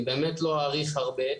אני באמת לא אאריך הרבה.